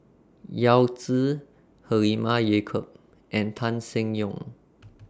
Yao Zi Halimah Yacob and Tan Seng Yong